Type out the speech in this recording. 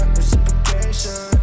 reciprocation